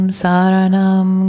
saranam